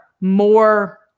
more